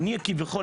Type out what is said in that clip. כביכול,